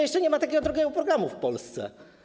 Jeszcze nie ma takiego drogiego programu w Polsce.